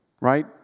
right